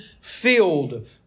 filled